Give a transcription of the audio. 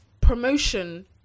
promotion